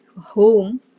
Home